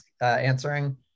answering